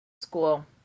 school